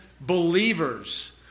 believers